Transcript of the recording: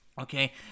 Okay